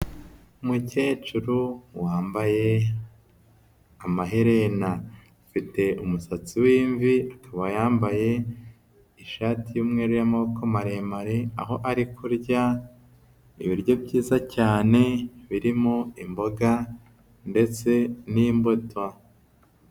Umukecuru wambaye amaherena, afite umusatsi w'imvi, wayambaye ishati y'umweru y'amaboko maremare aho ari kurya ibiryo byiza cyane, birimo imboga ndetse n'imbuto.